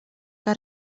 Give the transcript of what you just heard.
que